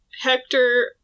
Hector